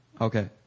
Okay